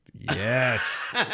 Yes